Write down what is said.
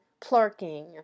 plurking